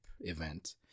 event